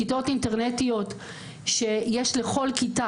כיתות אינטרנטיות שיש לכל כיתה,